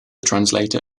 translator